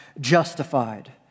justified